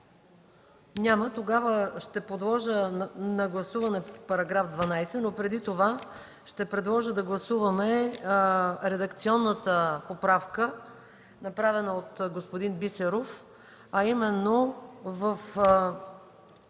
Няма. Тогава ще подложа на гласуване § 12, но преди това ще предложа да гласуваме редакционната поправка, направена от господин Бисеров, а именно в